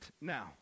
now